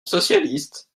socialiste